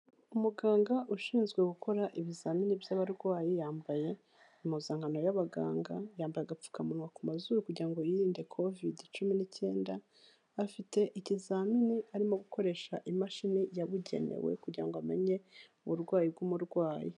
Umuganga ushinzwe gukora ibizamini by'abarwayi, yambaye impuzankano y'abaganga, yambaye agapfukamunwa ku mazuru kugira ngo yirinde Kovidi cumi n'icyenda, afite ikizamini arimo gukoresha imashini yabugenewe kugira ngo amenye uburwayi bw'umurwayi.